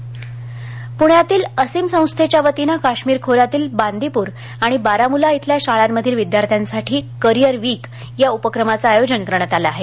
असीम संस्था पुण्यातील असीम संस्थेच्या वतीनं काश्मीर खोऱ्यातील बांदिपूर आणि बारामुल्ला इथल्या शाळांतील विद्यार्थ्यांसाठी करिअर वीक या उपक्रमाचं आयोजन करण्यात आलं आहे